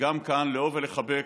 וגם כאן, לאהוב ולחבק.